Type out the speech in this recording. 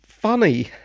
funny